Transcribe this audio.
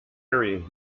area